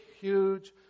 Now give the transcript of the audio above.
huge